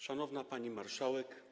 Szanowna Pani Marszałek!